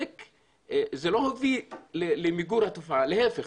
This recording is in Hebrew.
לא הביא למיגור התופעה אלא להיפך,